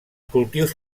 cultius